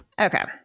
Okay